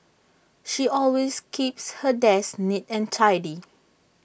she always keeps her desk neat and tidy